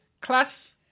class